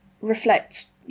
reflects